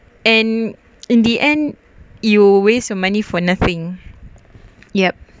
and in the end you waste your money for nothing yup